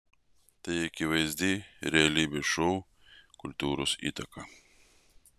tai akivaizdi realybės šou kultūros įtaka